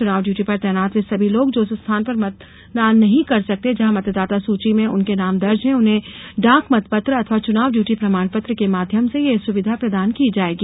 चुनाव ड्यूटी पर तैनात वे सभी लोग जो उस स्थान पर मतदान नहीं कर सकते जहाँ मतदाता सूची में उनके नाम दर्ज हैं उन्हें डाक मत पत्र अथवा चुनाव ड्यूटी प्रमाण पत्र के माध्यम से यह सुविधा प्रदान की जायेगी